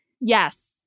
Yes